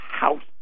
house